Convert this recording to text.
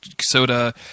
Soda